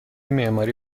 معماری